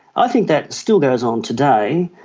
i think that still goes on today,